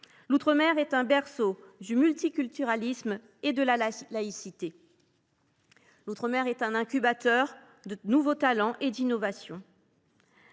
L’outre mer est un berceau du multiculturalisme et de la laïcité. L’outre mer est un incubateur de nouveaux talents et d’innovation.